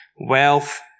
wealth